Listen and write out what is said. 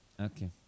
Okay